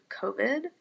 COVID